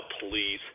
please